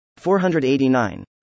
489